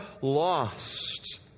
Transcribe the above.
lost